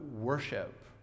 worship